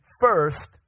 first